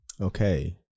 okay